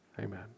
Amen